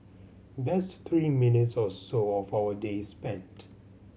best three minutes or so of our day spent